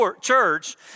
church